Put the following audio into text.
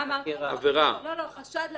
חשד לעבירה.